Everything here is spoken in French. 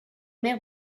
mer